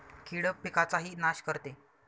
कीड पिकाचाही नाश करते